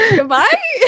Goodbye